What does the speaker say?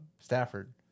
Stafford